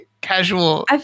casual